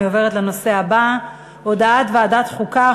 אני עוברת לנושא הבא: הודעת ועדת החוקה,